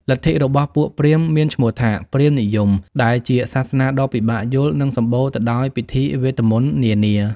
លទ្ធិរបស់ពួកព្រាហ្មណ៍មានឈ្មោះថា “ព្រាហ្មណ៍និយម” ដែលជាសាសនាដ៏ពិបាកយល់ និងសម្បូរទៅដោយពិធីវេទមន្តនានា។